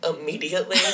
immediately